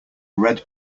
red